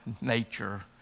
nature